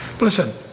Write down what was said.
listen